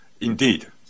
indeed